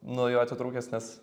nuo jo atitrūkęs nes